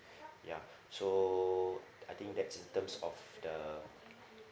ya so I think that's in terms of the